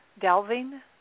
delving